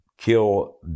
kill